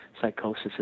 psychosis